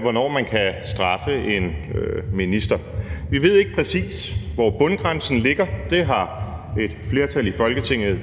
hvornår man kan straffe en minister. Vi ved ikke præcis, hvor bundgrænsen ligger, for et flertal i Folketinget